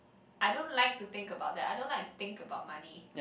I don't like to think about that I don't like to think about money